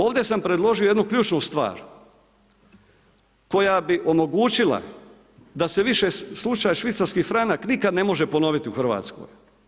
Ovdje sam predložio jednu ključnu stvar koja bi omogućila da se više slučaj švicarski franak nikad ne može ponoviti u Hrvatskoj?